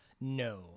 No